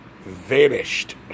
vanished